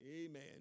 Amen